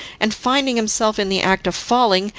and finding himself in the act of falling,